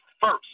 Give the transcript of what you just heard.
first